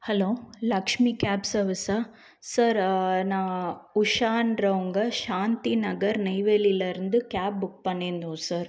hello Lakshmi cab சர்வீஸா sir நான் உஷான்றவங்க சாந்தி நகர் நெய்வேலிலிருந்து கேப் புக் பண்ணியிருந்தோம் சார்